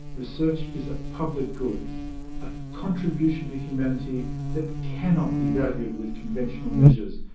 research is a public good a contribution to humanity that cannot be valued with conventional measures,